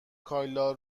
کایلا